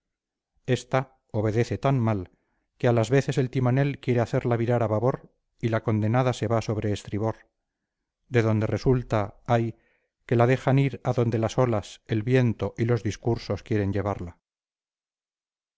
esta obedece tan mal que a las veces el timonel quiere hacerla virar a babor y la condenada se va sobre estribor de donde resulta ay que la dejan ir a donde las olas el viento y los discursos quieren llevarla